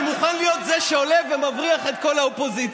אני מוכן להיות זה שעולה ומבריח את כל האופוזיציה.